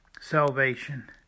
salvation